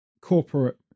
corporate